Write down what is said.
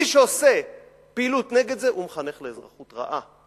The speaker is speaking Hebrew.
מי שעושה פעילות נגד זה מחנך לאזרחות רעה.